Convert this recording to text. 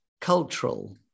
cultural